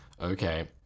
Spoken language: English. okay